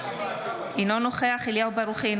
אינו נוכח אליהו ברוכי,